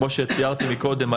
כמו שתיארתי קודם,